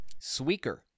Sweaker